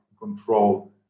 control